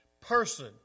person